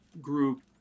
group